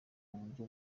uburyo